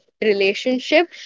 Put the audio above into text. relationship